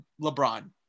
LeBron